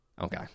okay